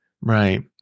Right